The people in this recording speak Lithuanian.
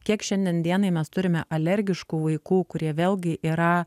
kiek šiandien dienai mes turime alergiškų vaikų kurie vėlgi yra